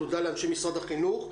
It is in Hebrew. תודה לאנשי משרד החינוך.